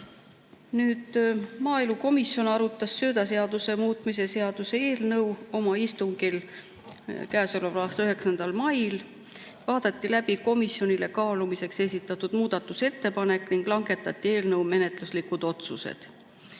Maaelukomisjon arutas söödaseaduse muutmise seaduse eelnõu oma istungil 9. mail. Vaadati läbi komisjonile kaalumiseks esitatud muudatusettepanek ning langetati eelnõuga seotud menetluslikud otsused.